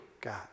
God